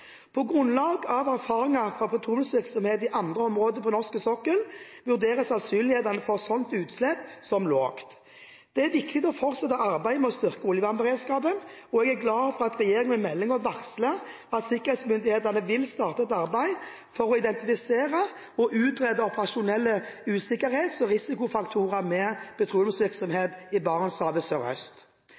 På grunnlag av erfaringer fra petroleumsvirksomhet i andre områder på norsk sokkel vurderes sannsynligheten for et slikt utslipp som lav. Det er viktig å fortsette arbeidet med å styrke oljevernberedskapen. Jeg er glad for at regjeringen i meldingen varsler at sikkerhetsmyndighetene vil starte et arbeid for å identifisere og utrede operasjonelle usikkerhets- og risikofaktorer ved petroleumsvirksomhet i Barentshavet sørøst.